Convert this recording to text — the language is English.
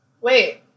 Wait